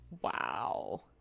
wow